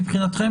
מבחינתכם,